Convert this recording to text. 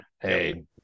Hey